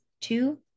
two